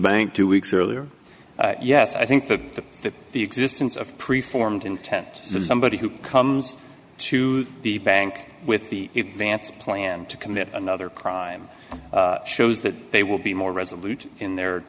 bank two weeks earlier yes i think that the the existence of pre formed intent so somebody who comes to the bank with the dance planned to commit another crime shows that they will be more resolute in their